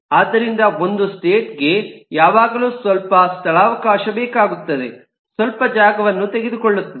ಆದ್ದರಿಂದ ಒಂದು ಸ್ಟೇಟ್ ಗೆ ಯಾವಾಗಲೂ ಸ್ವಲ್ಪ ಸ್ಥಳಾವಕಾಶ ಬೇಕಾಗುತ್ತದೆ ಸ್ವಲ್ಪ ಜಾಗವನ್ನು ತೆಗೆದುಕೊಳ್ಳುತ್ತದೆ